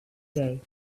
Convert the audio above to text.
day